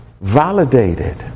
validated